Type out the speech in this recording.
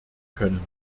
können